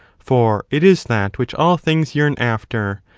for it is that which all things yearn after,